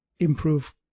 improve